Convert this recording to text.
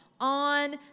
on